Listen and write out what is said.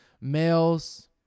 Males